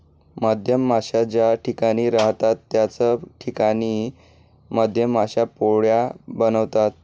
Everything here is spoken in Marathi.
मधमाश्या ज्या ठिकाणी राहतात त्याच ठिकाणी मधमाश्या पोळ्या बनवतात